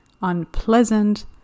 unpleasant